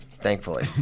thankfully